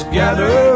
gather